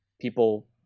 People